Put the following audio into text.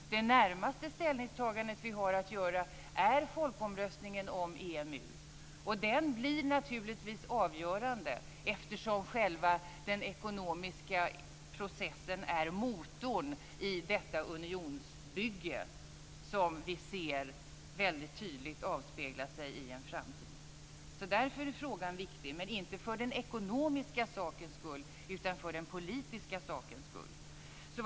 Det närmaste ställningstagandet som vi har att göra gäller folkomröstningen om EMU. Denna blir naturligtvis avgörande eftersom själva den ekonomiska processen är motorn i detta unionsbygge som vi ser väldigt tydligt avspegla sig i en framtid. Därför är frågan viktig - men inte för den ekonomiska sakens skull utan för den politiska sakens skull.